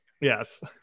yes